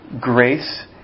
grace